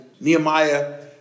Nehemiah